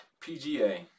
PGA